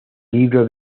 libro